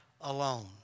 alone